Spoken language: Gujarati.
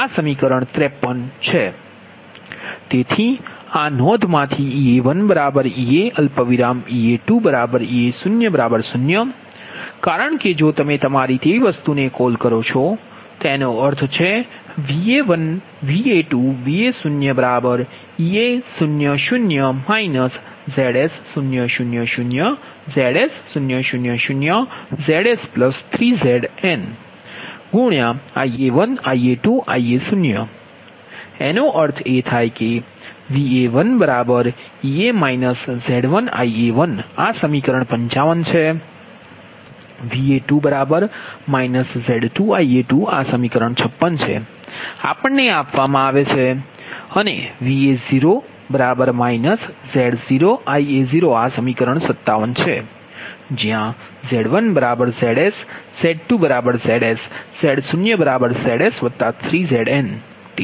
તેથી આ નોંધ માંથી Ea1Ea Ea2Ea00 કારણ કે જો તમે તમારી તે વસ્તુ ને કોલ કરો છો તેનો અર્થ છેVa1 Va2 Va0 Ea 0 0 Zs 0 0 0 Zs 0 0 0 Zs3Zn Ia1 Ia2 Ia0 એનો અર્થ એ થાય છે કે Va1Ea Z1Ia1 આ સમીકરણ 55 છે Va2 Z2Ia2 આ સમીકરણ 56 છે આપણને આ આપવામા કઆવે છે અને Va0 Z0Ia0 આ સમીકરણ 57 છે જ્યાંZ1ZsZ2ZsZ0Zs3Zn